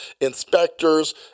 inspectors